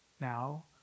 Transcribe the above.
Now